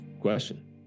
question